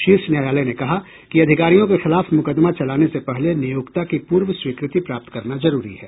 शीर्ष न्यायालय ने कहा कि अधिकारियों के खिलाफ मुकदमा चलाने से पहले नियोक्ता की पूर्व स्वीकृति प्राप्त करना जरूरी है